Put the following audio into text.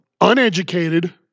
uneducated